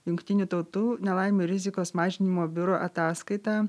jungtinių tautų nelaimių rizikos mažinimo biuro ataskaita